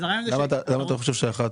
למה אתה חושב שאחת?